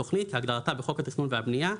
"תוכנית" כהגדרתה בחוק התכנון והבנייה,